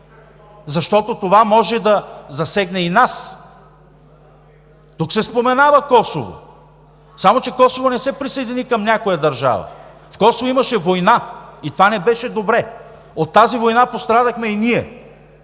защото това може да засегна и нас. Тук се споменава Косово, само че Косово не се присъедини към някоя държава. В Косово имаше война и това не беше добре. От тази война пострадахме и ние.